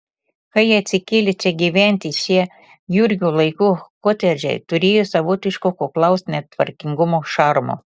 kai atsikėlė čia gyventi šie jurgio laikų kotedžai turėjo savotiško kuklaus netvarkingumo šarmo